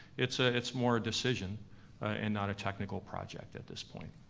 it's ah it's more a decision and not a technical project at this point.